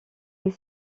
est